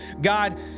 God